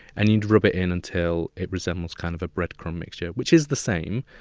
and you'd rub it in until it resembles kind of a bread crumb mixture, which is the same.